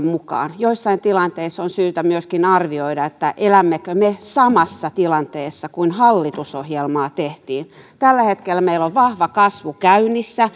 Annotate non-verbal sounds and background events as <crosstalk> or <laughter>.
<unintelligible> mukaan joissain tilanteissa on syytä myöskin arvioida elämmekö me samassa tilanteessa kuin silloin kun hallitusohjelmaa tehtiin tällä hetkellä meillä on vahva kasvu käynnissä <unintelligible>